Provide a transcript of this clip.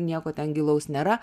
nieko ten gilaus nėra